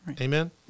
Amen